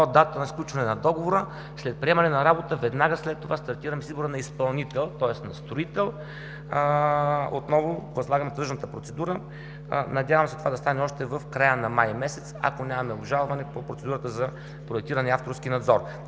датата на сключване на договора. След приемането на работата, веднага след това стартираме с избор на изпълнител, тоест на строител. Отново възлагаме тръжна процедура. Надявам се това да стане още в края на месец май, ако няма обжалване по процедурата за проектиране и авторски надзор.